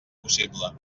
possible